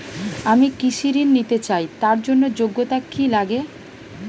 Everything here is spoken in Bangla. আমি কৃষি ঋণ নিতে চাই তার জন্য যোগ্যতা কি লাগে?